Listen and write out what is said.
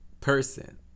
person